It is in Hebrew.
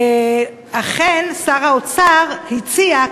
אכן שר האוצר הציע,